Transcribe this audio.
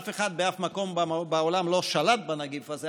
אף אחד באף מקום בעולם לא שלט בנגיף הזה,